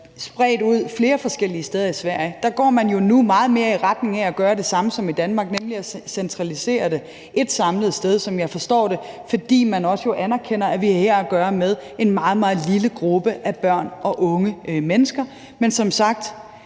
spredt ud på flere forskellige steder i Sverige. Der går man jo nu meget mere i retning af at gøre det samme som i Danmark, nemlig at centralisere det på ét samlet sted, som jeg forstår det, fordi man jo også anerkender, at vi her har at gøre med en meget, meget lille gruppe af børn og unge mennesker. Men som sagt